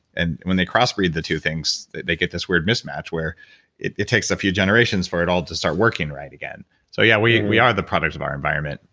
and when they crossbreed the two things, they they get this weird mismatch where it it takes a few generations for it all to start working right again so yeah we we are the product of our environment,